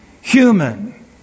human